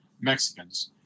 Mexicans